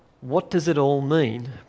what-does-it-all-mean